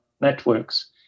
networks